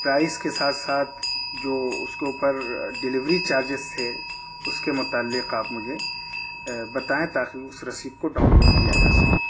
price کے ساتھ ساتھ جو اس کے اوپر ڈلیوری چارجیز تھے اس کے متعلق آپ مجھے بتائیں تاکہ اس رسید کو ڈاؤن لوڈ کیا جا سکے